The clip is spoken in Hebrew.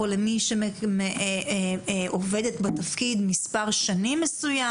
למי שעובדת בתפקיד מספר שנים מסוים,